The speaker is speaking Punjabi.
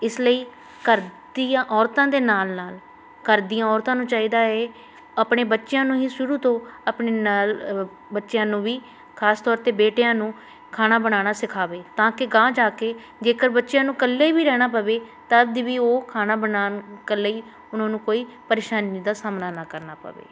ਇਸ ਲਈ ਘਰਦੀਆਂ ਔਰਤਾਂ ਦੇ ਨਾਲ ਨਾਲ ਘਰਦੀਆਂ ਔਰਤਾਂ ਨੂੰ ਚਾਹੀਦਾ ਹੈ ਆਪਣੇ ਬੱਚਿਆਂ ਨੂੰ ਹੀ ਸ਼ੁਰੂ ਤੋਂ ਆਪਣੇ ਨਾਲ ਬੱਚਿਆਂ ਨੂੰ ਵੀ ਖਾਸ ਤੌਰ 'ਤੇ ਬੇਟਿਆਂ ਨੂੰ ਖਾਣਾ ਬਣਾਉਣਾ ਸਿਖਾਵੇ ਤਾਂ ਕਿ ਗਾਂਹ ਜਾ ਕੇ ਜੇਕਰ ਬੱਚਿਆਂ ਨੂੰ ਇਕੱਲੇ ਵੀ ਰਹਿਣਾ ਪਵੇ ਤਦ ਵੀ ਉਹ ਖਾਣਾ ਬਣਾਉਣ ਕ ਲਈ ਉਹਨਾਂ ਨੂੰ ਕੋਈ ਪਰੇਸ਼ਾਨੀ ਦਾ ਸਾਹਮਣਾ ਨਾ ਕਰਨਾ ਪਵੇ